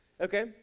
okay